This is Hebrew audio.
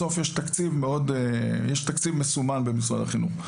בסוף יש תקציב מסומן במשרד החינוך.